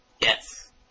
Yes